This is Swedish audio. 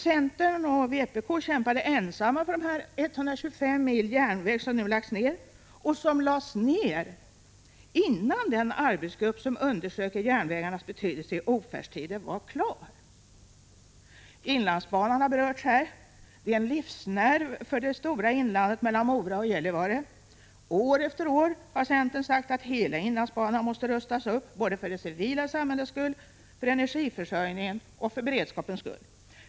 Centern och vpk kämpade ensamma för de 125 mil järnväg som nu lagts ner och som lades ner innan den arbetsgrupp som undersöker järnvägarnas betydelse i ofärdstider var klar. Inlandsbanan har redan berörts. Den är livsnerven för det stora inlandet mellan Mora och Gällivare. År efter år har centern sagt att hela inlandsbanan måste rustas upp, för det civila samhällets skull, för energiförsörjningens skull och för beredskapens skull.